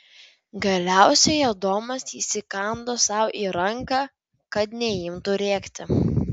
galiausiai adomas įsikando sau į ranką kad neimtų rėkti